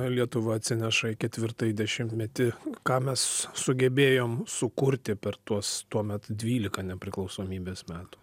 lietuva atsineša į ketvirtąjį dešimtmetį ką mes sugebėjom sukurti per tuos tuomet dvylika nepriklausomybės metų